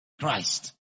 Christ